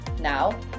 Now